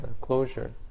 closure